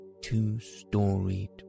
two-storied